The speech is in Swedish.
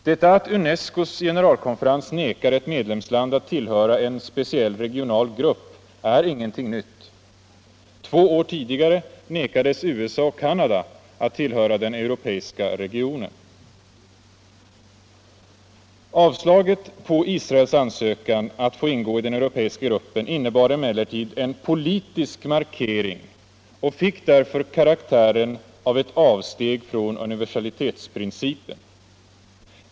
Det förhållandet att UNESCO:s generalkonferens förvägrar ett medlemsland att tillhöra en speciell regional grupp är ingenting nytt. Två år tidigare vägrades USA och Canada att tillhöra den europeiska regionen. Avslaget på Israels ansökan att få ingå i den europeiska gruppen innebar emellertid en politisk markering och fick därför karaktären av ett avsteg från universalitetsprincipen.